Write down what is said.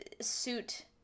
suit